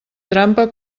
trampa